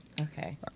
Okay